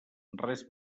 res